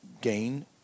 gain